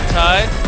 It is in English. tied